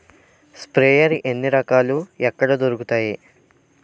Sprayer ఎన్ని రకాలు? ఎక్కడ దొరుకుతాయి?